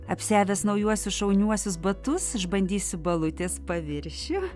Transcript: apsiavęs naujuosius šauniuosius batus išbandysiu balutės paviršių